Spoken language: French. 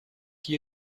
qui